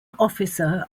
officer